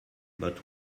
but